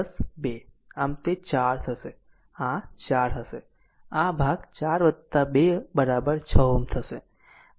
આમ તે 4 છે આ 4 હશે આ ભાગ 4 2 6 Ω હશે